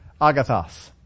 agathos